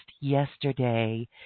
yesterday